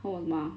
他问我什么啊